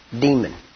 demon